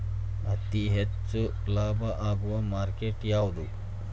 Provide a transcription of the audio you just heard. ಅತಿ ಹೆಚ್ಚು ಲಾಭ ಆಗುವ ಮಾರ್ಕೆಟ್ ಯಾವುದು?